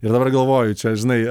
ir dabar galvoju čia žinai